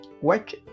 Watch